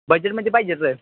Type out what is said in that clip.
बजेटमध्ये पाहिजे तर